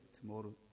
tomorrow